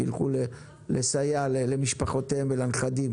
שילכו לסייע למשפחותיהם ולנכדים